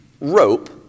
rope